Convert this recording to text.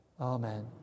Amen